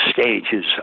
stages